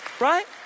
Right